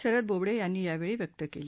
शरद बोबडे यांनी यावेळी व्यक्त केली